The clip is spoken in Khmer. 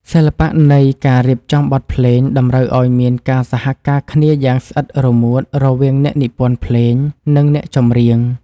សិល្បៈនៃការរៀបចំបទភ្លេងតម្រូវឱ្យមានការសហការគ្នាយ៉ាងស្អិតរមួតរវាងអ្នកនិពន្ធភ្លេង និង អ្នកច្រៀង។